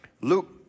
Luke